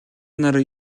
нар